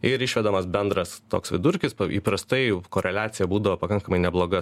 ir išvedamas bendras toks vidurkis įprastai koreliacija būdavo pakankamai nebloga